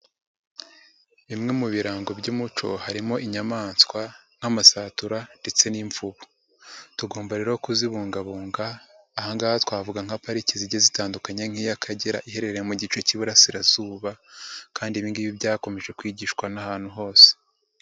Bimwe mu birango by'umuco harimo inyamaswa nk'amasatura ndetse n'imvubu. Tugomba rero kuzibungabunga, aha ngaha twavuga nka pariki zigiye zitandukanye nk'iy'Akagera, iherereye mu gice k'Iburasirazuba kandi ibi ngibi byakomeje kwigishwa n'ahantu hose.